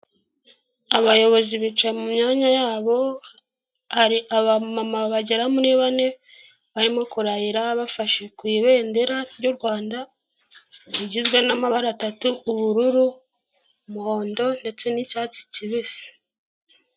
Abayobozi bicaye mu myanya yabo, hari abamama bagera muri bane barimo kurahira bafashe ku ibendera ry'u Rwanda rigizwe n'amabara atatu: ubururu, umuhondo, ndetse n'icyatsi kibisi.